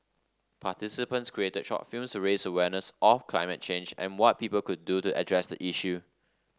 participants created short films to raise awareness of climate change and what people could do to address the issue